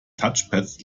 touchpads